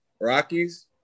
Rockies